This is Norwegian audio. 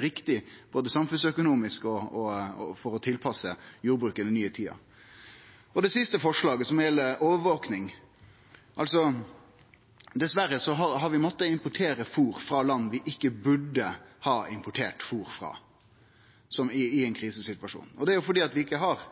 riktig, både samfunnsøkonomisk og for å tilpasse jordbruket til den nye tida. Det siste forslaget gjeld overvaking. Dessverre har vi måtta importere fôr frå land vi ikkje burde ha importert fôr frå, i ein krisesituasjon. Det er fordi vi i dag ikkje har nokon oversikt over den grasreserven som vi har rundt omkring i heile landet, og som vi kunne ha tatt i bruk. Vi har